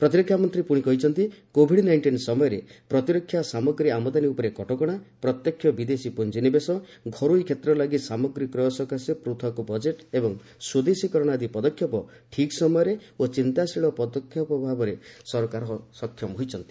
ପ୍ରତିରକ୍ଷା ମନ୍ତ୍ରୀ ପୁଣି କହିଛନ୍ତି କୋଭିଡ୍ ନାଇଷ୍ଟିନ୍ ସମୟରେ ପ୍ରତିରକ୍ଷା ସାମଗ୍ରୀ ଆମଦାନୀ ଉପରେ କଟକଣା ପ୍ରତ୍ୟକ୍ଷ ବିଦେଶୀ ପୁଞ୍ଜିନିବେଶ ଘରୋଇ କ୍ଷେତ୍ରଲାଗି ସାମଗ୍ରୀ କ୍ରୟ ସକାଶେ ପୃଥକ ବଜେଟ୍ ଏବଂ ସ୍ୱଦେଶୀକରଣ ଆଦି ପଦକ୍ଷେପ ଠିକ୍ ସମୟରେ ଓ ଚିନ୍ତାଶୀଳ ହସ୍ତକ୍ଷେପ କରିବାରେ ସରକାର ସକ୍ଷମ ହୋଇଛନ୍ତି